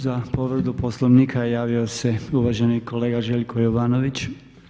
Za povredu Poslovnika javio se uvaženi kolega Željko Jovanović.